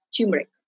turmeric